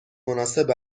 مناسب